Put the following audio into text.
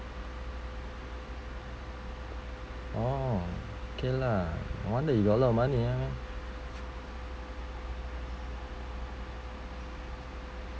orh okay lah no wonder you got a lot of money ah